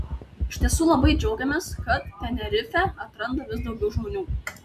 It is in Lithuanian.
iš tiesų labai džiaugiamės kad tenerifę atranda vis daugiau žmonių